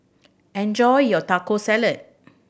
enjoy your Taco Salad